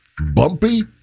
bumpy